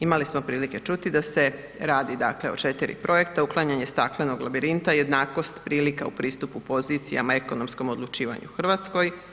Imali smo prilike čuti da se radi dakle o 4 projekta uklanjanje staklenog labirinta, jednakost prilika u pristupu pozicijama ekonomskom odlučivanju u Hrvatskoj.